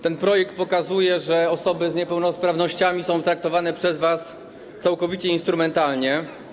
Ten projekt pokazuje, że osoby z niepełnosprawnościami są traktowane przez was całkowicie instrumentalnie.